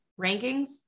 rankings